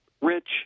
Rich